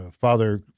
Father